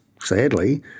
sadly